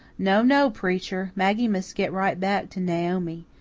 no, no, preacher maggie must get right back to naomi.